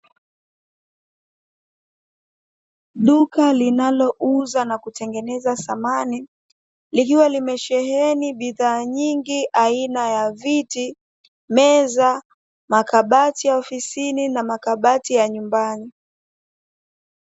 Duka linalouza na kutengeneza samani, likiwa limesheheni bidhaa nyingi aina ya viti, meza, makabati ya ofisini na makabati ya nyumbani.